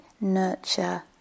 nurture